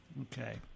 Okay